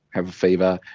have a fever,